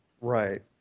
Right